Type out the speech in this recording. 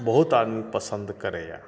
बहुत आदमी पसन्द करैए